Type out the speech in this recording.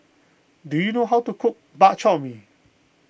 do you know how to cook Bak Chor Mee